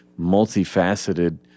multifaceted